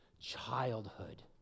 Childhood